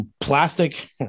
plastic